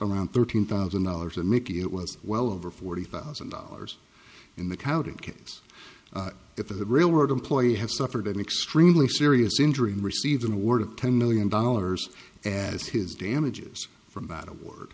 around thirteen thousand dollars and mickey it was well over forty thousand dollars in the county kids if a railroad employee has suffered an extremely serious injury and received an award of ten million dollars as his damages from bad award